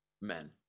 men